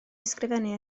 ysgrifennu